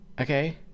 Okay